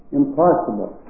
impossible